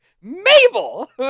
Mabel